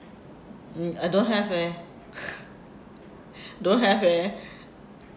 I don't have leh don't have leh